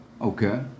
Okay